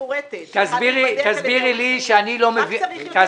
מפורטת --- רק צריך יותר זמן.